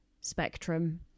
spectrum